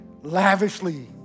lavishly